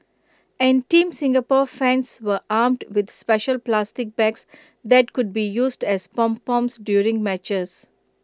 and Team Singapore fans were armed with special plastic bags that could be used as pom poms during matches